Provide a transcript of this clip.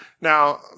Now